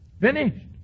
Finished